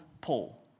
Paul